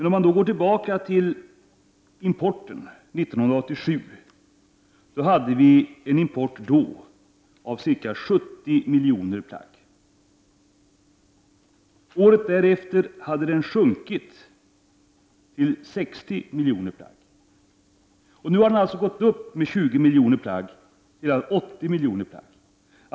Om man går tillbaka till 1987 kan man konstatera att vi då hade en import av ca 70 miljoner plagg. Året därefter hade importen sjunkit till 60 miljoner plagg, och nu har den alltså gått upp med 20 miljoner plagg till 80 miljoner plagg.